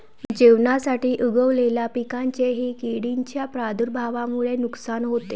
जेवणासाठी उगवलेल्या पिकांचेही किडींच्या प्रादुर्भावामुळे नुकसान होते